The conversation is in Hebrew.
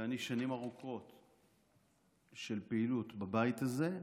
ואני, שנים ארוכות של פעילות בבית הזה,